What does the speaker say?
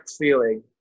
feeling